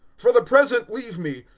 for the present leave me,